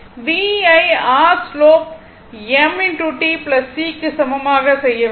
V ஐ r slope m t C க்கு சமமாக செய்ய வேண்டும்